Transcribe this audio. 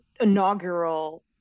inaugural